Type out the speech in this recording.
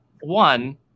One